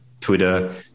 twitter